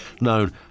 known